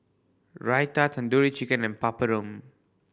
Raita Tandoori Chicken and Papadum